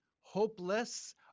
hopeless